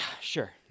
sure